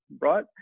right